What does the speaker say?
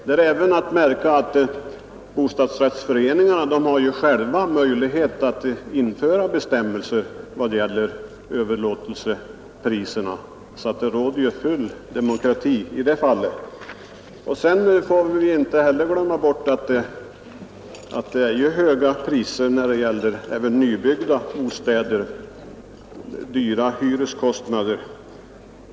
Det är även att märka att bostadsrättsföreningarna själva har möjlighet att införa bestämmelser i vad gäller överlåtelsepriserna, så det råder full demokrati i det fallet. Vi får heller inte glömma bort att det är höga priser även på nybyggda bostäder och dyra hyreskostnader.